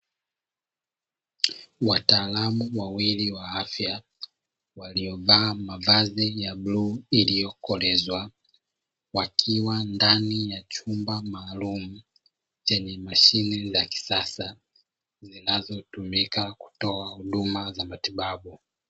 wataalamu wawili wa afya waliovaa mavazi ya bluu, iliyokolezwa wakiwa ndani ya chumba maalumu chenye mashine za kisasa, zinazotumika kutoa huduma za matibabu.